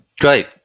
Great